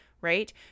right